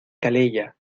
calella